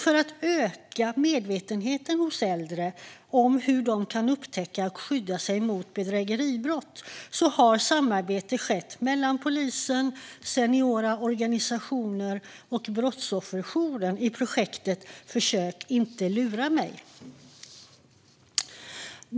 För att öka medvetenheten hos äldre om hur de kan upptäcka och skydda sig mot bedrägeribrott har samarbete skett mellan polisen, seniororganisationer och Brottsofferjouren i projektet Försök inte lura mig.